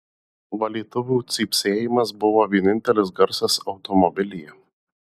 valytuvų cypsėjimas buvo vienintelis garsas automobilyje